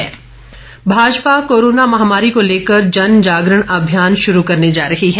Bhajpa Bhajpa corona महामारी को लेकर जन जागरण अभियान शुरू करने जा रही है